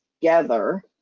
together